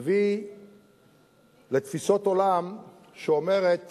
מביא לתפיסות עולם שאומרות